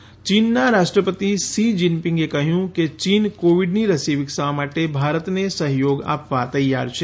જીન ping ચીનના રાષ્ટ્રપતિ Xi જીનપીંગે કહ્યું કે ચીન કોવિડની રસી વિકસાવવા માટે ભારતને સહયોગ આપવા તૈયાર છે